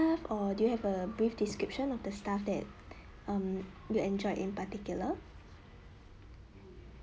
or do you have a brief description of the staff that um you enjoyed in particular